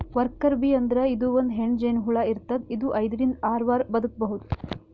worker bee ಅಂದ್ರ ಇದು ಒಂದ್ ಹೆಣ್ಣ್ ಜೇನಹುಳ ಇರ್ತದ್ ಇದು ಐದರಿಂದ್ ಆರ್ ವಾರ್ ಬದ್ಕಬಹುದ್